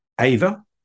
Ava